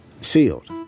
sealed